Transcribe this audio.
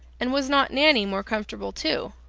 and was not nanny more comfortable too?